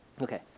Okay